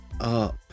up